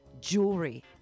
jewelry